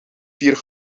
vier